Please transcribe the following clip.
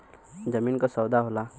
जमीन क सौदा होला